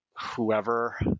Whoever